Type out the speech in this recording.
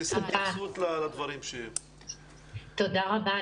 תודה רבה.